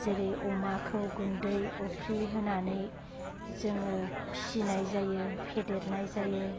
जेरै अमाखौ गुन्दै अफ्रि होनानै जोङो फिसिनाय जायो फेदेरनाय जायो